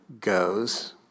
goes